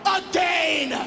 again